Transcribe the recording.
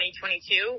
2022